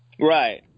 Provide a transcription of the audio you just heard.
Right